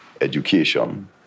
education